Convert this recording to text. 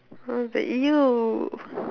I as like !eww!